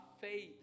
faith